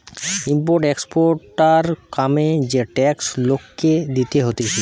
import exporter কামে যে tax লোককে দিতে হতিছে